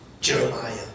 Jeremiah